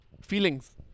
Feelings